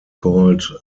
called